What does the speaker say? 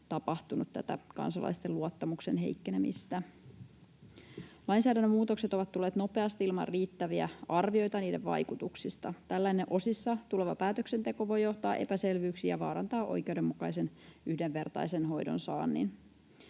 tapahtunut tätä kansalaisten luottamuksen heikkenemistä. Lainsäädännön muutokset ovat tulleet nopeasti ilman riittäviä arvioita niiden vaikutuksista. Tällainen osissa tuleva päätöksenteko voi johtaa epäselvyyksiin ja vaarantaa oikeudenmukaisen, yhdenvertaisen hoidon saannin.